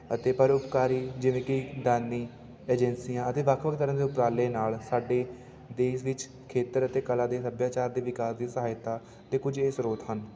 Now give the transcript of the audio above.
ਅਤੇ ਪਰਉਪਕਾਰੀ ਜਿਵੇਂ ਕਿ ਦਾਨੀ ਏਜੰਸੀਆਂ ਅਤੇ ਵੱਖ ਵੱਖ ਤਰ੍ਹਾਂ ਦੇ ਉਪਰਾਲੇ ਨਾਲ ਸਾਡੇ ਦੇਸ਼ ਵਿੱਚ ਖੇਤਰ ਅਤੇ ਕਲਾ ਦੇ ਸੱਭਿਆਚਾਰ ਦੇ ਵਿਕਾਸ ਦੀ ਸਹਾਇਤਾ ਅਤੇ ਕੁਝ ਇਹ ਸਰੋਤ ਹਨ